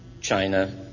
China